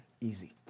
easy